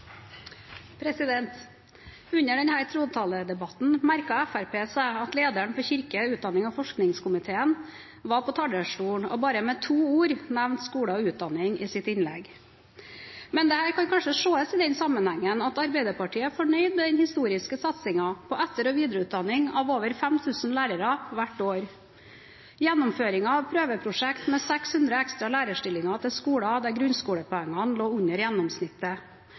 trontaledebatten merket Fremskrittspartiet seg at lederen for kirke-, utdannings- og forskningskomiteen var på talerstolen og bare med to ord nevnte skole og utdanning i sitt innlegg. Men dette kan kanskje ses i den sammenheng at Arbeiderpartiet er fornøyd med den historiske satsingen på etter- og videreutdanning av over 5 000 lærere hvert år, gjennomføringen av prøveprosjektet med 600 ekstra lærerstillinger til skoler der grunnskolepoengene lå under gjennomsnittet,